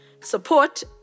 support